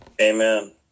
Amen